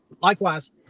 Likewise